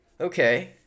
okay